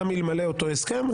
גם אלמלא אותו הסכם.